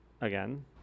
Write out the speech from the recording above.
again